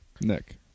Nick